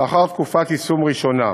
לאחר תקופת יישום ראשונה.